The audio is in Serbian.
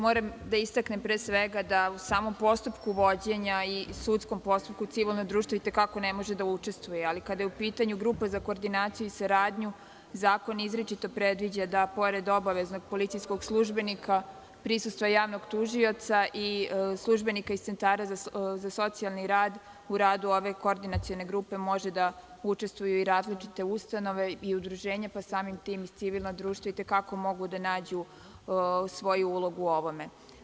Moram da istaknem pre svega da u samom postupku vođenja i sudskom postupku civilno društvo i te kako ne može da učestvuje, ali kada je u pitanju grupa za koordinaciju i saradnju, zakon izričito predviđa da pored obaveznog policijskog službenika, prisustvo javnog tužioca i službenika iz centara sa socijalni rad u radu ove koordinacione grupe može da učestvuju i različite ustanove i udruženja, pa samim tim i civilna društva i te kako mogu da nađu svoju ulogu u ovome.